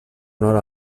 nord